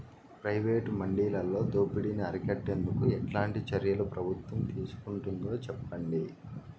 Private మండీలలో దోపిడీ ని అరికట్టేందుకు ఎట్లాంటి చర్యలు ప్రభుత్వం తీసుకుంటుందో చెప్పండి?